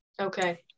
Okay